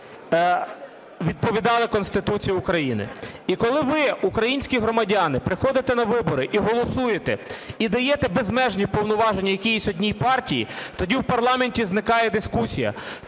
відповідали Конституції України. І коли ви, українські громадяни, приходите на вибори і голосуєте, і даєте безмежні повноваження якійсь одній партії, тоді в парламенті зникає дискусія.